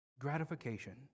Gratification